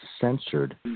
censored